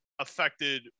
affected